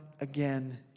again